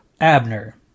Abner